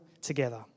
together